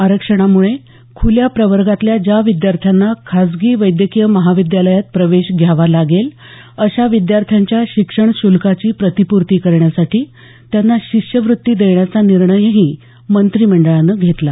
आरक्षणामुळे खुल्या प्रवर्गातल्या ज्या विद्यार्थ्यांना खाजगी वैद्यकीय महाविद्यालयात प्रवेश घ्यावा लागेल अशा विद्यार्थ्यांच्या शिक्षण श्ल्काची प्रतिपूर्ती करण्यासाठी त्यांना शिष्यवृत्ती देण्याचा निर्णयही मंत्रिमंडळानं घेतला